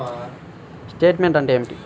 Statement అంటే ఏమిటి?